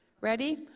Ready